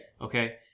Okay